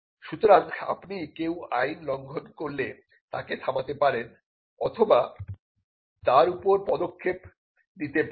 সুতরাং আপনি কেউ আইন লঙ্ঘন করলে করলে তাকে থামাতে পারেন অথবা তার উপর পদক্ষেপ নিতে পারেন